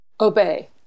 Obey